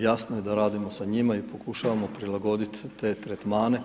jasno je da radimo sa njima i pokušavamo prilagoditi te tretmane